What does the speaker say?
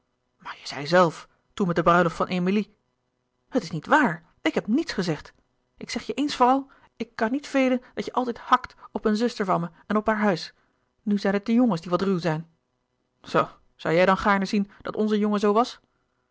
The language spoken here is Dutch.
maar jij zei zelf toen met de bruiloft van emilie het is niet waar ik heb niets gezegd ik zeg je eens voor al ik kan niet velen dat je altijd hakt op een zuster van me en op haar huis nu zijn het de jongens die wat ruw zijn louis couperus de boeken der kleine zielen zoo zoû jij dan gaarne zien dat onze jongen zoo was